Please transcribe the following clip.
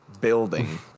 Building